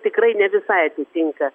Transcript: tikrai ne visai atitinka